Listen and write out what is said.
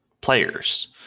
players